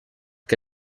que